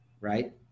right